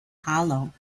hollow